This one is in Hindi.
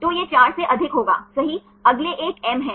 तो यह 4 से अधिक होगा सही अगले एक M है